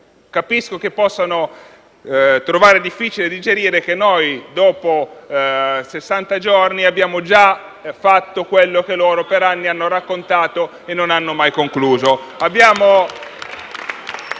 i colleghi possano trovare difficile digerire che noi, dopo sessanta giorni, abbiamo già fatto quello che per anni hanno raccontato e non hanno mai concluso.